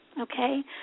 okay